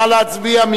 נא להצביע.